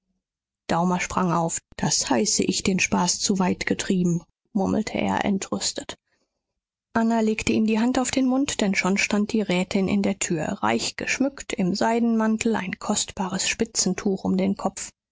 daumer sprang auf das heiße ich den spaß zu weit getrieben murmelte er entrüstet anna legte ihm die hand auf den mund denn schon stand die rätin in der türe reich geschmückt im seidenmantel ein kostbares spitzentuch um den kopf